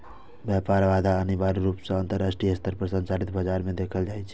व्यापार बाधा अनिवार्य रूप सं अंतरराष्ट्रीय स्तर पर संचालित बाजार मे देखल जाइ छै